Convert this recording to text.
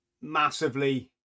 massively